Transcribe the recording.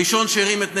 הראשון שהרים את הנס,